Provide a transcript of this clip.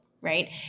right